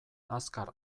azkar